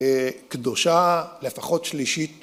קדושה לפחות שלישית